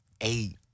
eight